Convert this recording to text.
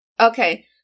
Okay